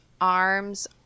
arms